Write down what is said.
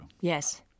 Yes